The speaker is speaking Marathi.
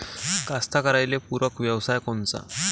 कास्तकाराइले पूरक व्यवसाय कोनचा?